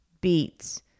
beets